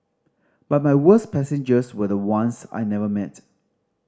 but my worst passengers were the ones I never met